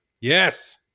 Yes